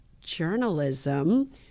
journalism